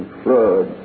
flood